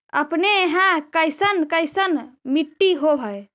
अपने यहाँ कैसन कैसन मिट्टी होब है?